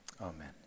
Amen